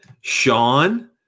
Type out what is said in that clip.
Sean